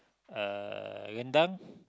uh rendang